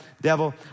devil